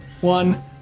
One